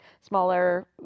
smaller